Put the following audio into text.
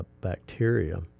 bacteria